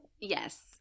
Yes